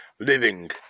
Living